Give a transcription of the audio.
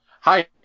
Hi